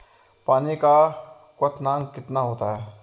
पानी का क्वथनांक कितना होता है?